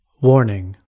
Warning